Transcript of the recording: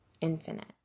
Infinite